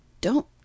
Don't